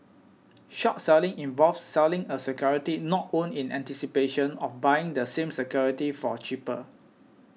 short selling involves selling a security not owned in anticipation of buying the same security for cheaper